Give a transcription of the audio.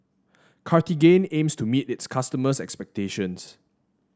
cartigain aims to meet its customers' expectations